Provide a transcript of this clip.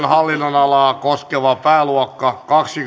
hallinnonalaa koskeva pääluokka